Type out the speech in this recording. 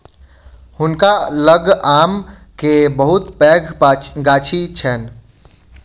हुनका लग आम के बहुत पैघ गाछी छैन